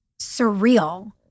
surreal